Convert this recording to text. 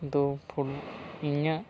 ᱠᱤᱱᱛᱩ ᱯᱷᱩᱴ ᱤᱧᱟ ᱜ